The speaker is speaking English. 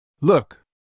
Look